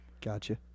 Gotcha